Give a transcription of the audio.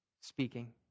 speaking